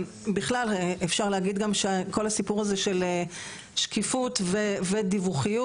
בכלל אפשר להגיד גם שכל הסיפור הזה של שקיפות ודיווח,